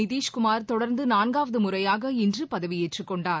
நிதிஷ்குமார் தொடர்ந்து நான்காவது முறையாக இன்று பதவி ஏற்றுக் கொண்டார்